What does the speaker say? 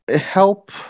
Help